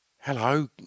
hello